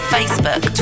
Facebook